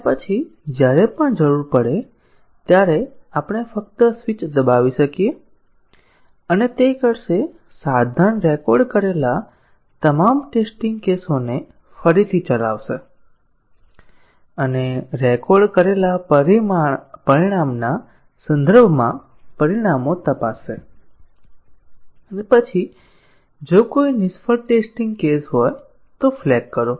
અને પછી જ્યારે પણ જરૂર પડે ત્યારે આપણે ફક્ત સ્વીચ દબાવી શકીએ અને તે કરશે સાધન રેકોર્ડ કરેલા તમામ ટેસ્ટીંગ કેસોને ફરીથી ચલાવશે અને રેકોર્ડ કરેલા પરિણામના સંદર્ભમાં પરિણામો તપાસે અને પછી જો કોઈ નિષ્ફળ ટેસ્ટીંગ કેસ હોય તો ફ્લેગ કરો